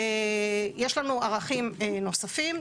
יש לנו ערכים נוספים,